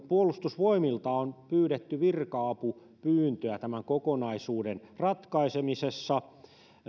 puolustusvoimilta on pyydetty virka apua tämän kokonaisuuden ratkaisemisessa